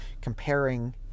comparing